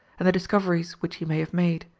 and the discoveries which he may have made.